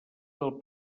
del